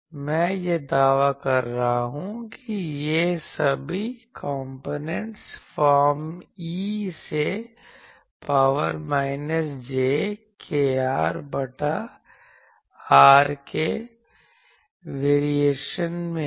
मैं यह दावा कर रहा हूं कि ये सभी कॉम्पोनेंट्स फॉर्म ई से पावर माइनस j kr बटा r के वेरिएशन हैं